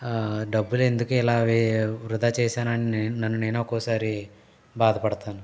డబ్బులు ఎందుకు ఇలా వె వృధా చేశానని నన్ను నేనే ఒక్కొక్కసారి బాధపడతాను